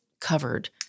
covered